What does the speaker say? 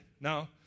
No